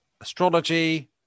astrology